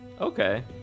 Okay